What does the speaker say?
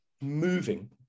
moving